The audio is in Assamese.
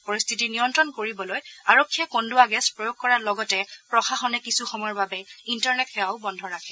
পৰিস্থিতি নিয়ন্ত্ৰণ কৰিবলৈ আৰক্ষীয়ে কন্দুৱা গেছ প্ৰয়োগ কৰাৰ লগতে প্ৰশাসনে কিছু সময়ৰ বাবে ইণ্টাৰনেট সেৱাও বন্ধ ৰাখে